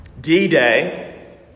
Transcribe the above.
D-Day